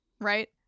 Right